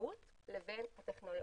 המהות לבין הטכנולוגיה.